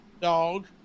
dog